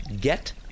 get